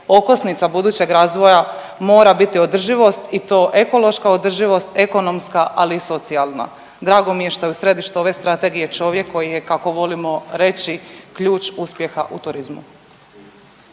okosnica budućeg razvoja mora biti održivost i to ekološka održivost, ekonomska, ali i socijalna. Drago mi je što je u središtu ove Strategije čovjek, koji je, kako volimo reći, ključ uspjeha u turizmu.